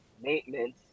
maintenance